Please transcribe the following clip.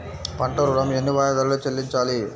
పంట ఋణం ఎన్ని వాయిదాలలో చెల్లించాలి?